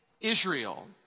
Israel